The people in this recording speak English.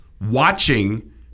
watching